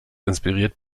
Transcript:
inspiriert